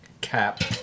cap